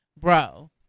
bro